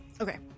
okay